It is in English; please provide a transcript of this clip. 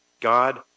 God